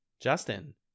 Justin